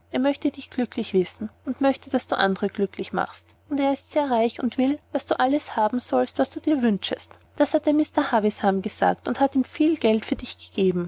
er möchte dich glücklich wissen und möchte daß du andre glücklich machst und er ist sehr reich und will daß du alles haben sollst was du dir wünschest das hat er mr havisham gesagt und hat ihm viel viel geld für dich gegeben